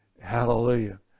Hallelujah